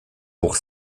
pour